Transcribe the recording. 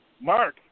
Mark